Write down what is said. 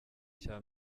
cya